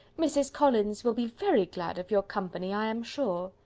mrs. collins will be very glad of your company, i am sure.